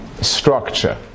structure